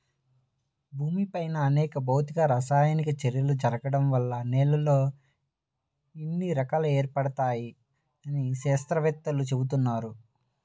భూమిపైన అనేక భౌతిక, రసాయనిక చర్యలు జరగడం వల్ల నేలల్లో ఇన్ని రకాలు ఏర్పడ్డాయని శాత్రవేత్తలు చెబుతున్నారు